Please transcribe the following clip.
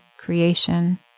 creation